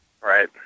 Right